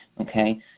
Okay